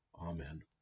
amen